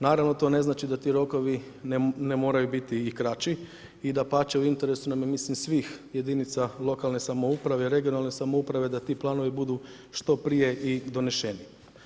Naravno, to ne znači da ti rokovi ne moraju biti i kraći i dapače, u interesu nam je mislim svih jedinica lokalne samouprave i regionalne samouprave da ti planovi budu što prije i donošeni.